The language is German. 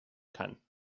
kann